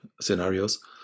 scenarios